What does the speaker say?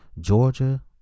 Georgia